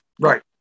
Right